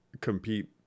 compete